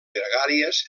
gregàries